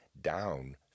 down